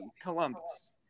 Columbus